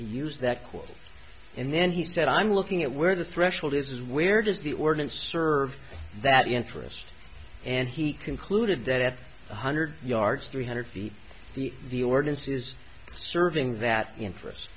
use that court and then he said i'm looking at where the threshold is where does the ordinance serve that interest and he concluded that at one hundred yards three hundred feet the the ordinance is serving that interest